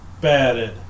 batted